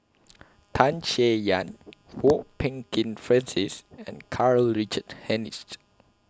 Tan Chay Yan Kwok Peng Kin Francis and Karl Richard Hanitsch